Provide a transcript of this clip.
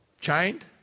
Chained